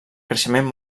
creixement